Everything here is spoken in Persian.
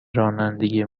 رانندگی